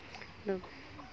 ᱟᱫᱚ